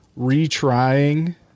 retrying